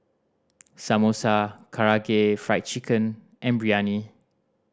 Samosa Karaage Fried Chicken and Biryani